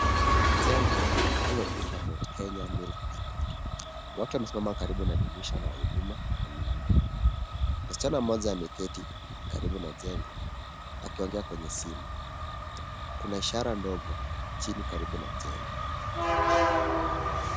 Jengo linaloitwa Mount Kenya Milk Depot. Watu wamesimama karibu na dirisha la huduma na mlangoni. Msichana mmoja ameketi karibu na jengo akiongea kwenye simu. Kuna ishara ndogo chini karibu na jengo.